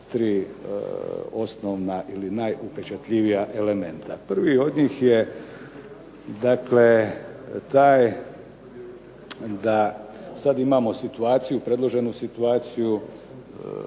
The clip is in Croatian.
tri osnovna ili najupečatljivija elementa. Prvi od njih je taj da sada imamo predloženu situaciju